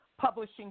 publishing